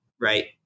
right